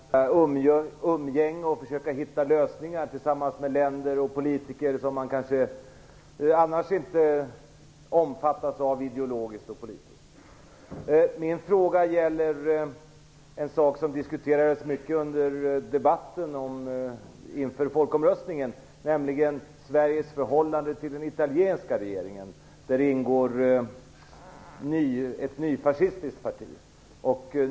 Fru talman! Som statsministern redan varit inne på består ju en del av EU-samarbetet av umgänge och att försöka finna lösningar tillsammans med länder och politiker som man annars kanske inte omfattas av ideologiskt och politiskt. Min fråga gäller något som diskuterades mycket under debatten inför folkomröstningen, nämligen Sveriges förhållande till den italienska regeringen, där det ingår ett nyfascistiskt parti.